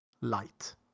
light